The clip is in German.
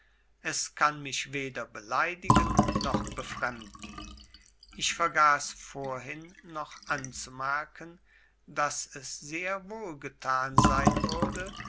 es kann mich weder beleidigen noch befremden ich vergaß vorhin noch anzumerken daß es sehr wohlgetan sein würde